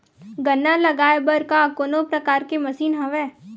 गन्ना लगाये बर का कोनो प्रकार के मशीन हवय?